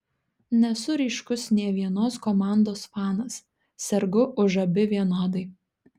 nesu ryškus nė vienos komandos fanas sergu už abi vienodai